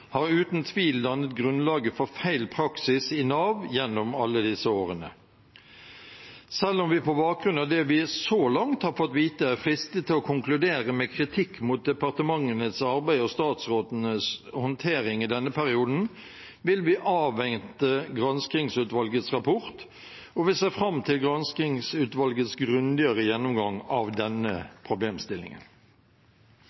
har uten tvil dannet grunnlaget for feil praksis i Nav gjennom alle disse årene. Selv om vi på bakgrunn av det vi så langt har fått vite, er fristet til å konkludere med kritikk mot departementenes arbeid og statsrådenes håndtering i denne perioden, vil vi avvente granskingsutvalgets rapport, og vi ser fram til granskingsutvalgets grundigere gjennomgang av denne